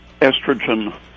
estrogen